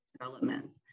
developments